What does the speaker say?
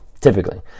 typically